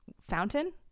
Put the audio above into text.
fountain